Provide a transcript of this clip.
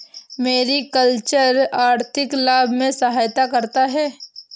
mariculture आर्थिक लाभ में सहायता करता है